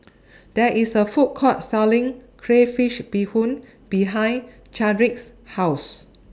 There IS A Food Court Selling Crayfish Beehoon behind Chadrick's House